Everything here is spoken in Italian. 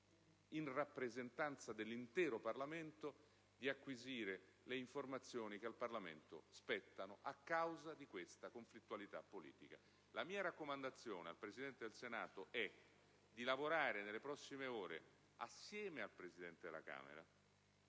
in rappresentanza dell'intero Parlamento di acquisire le informazioni che al Parlamento spetterebbero. La mia raccomandazione al Presidente del Senato è di lavorare nelle prossime ore assieme al Presidente della Camera